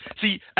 See